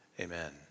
Amen